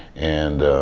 and,